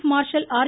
ப் Marshall R